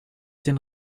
den